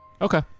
Okay